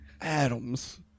Adams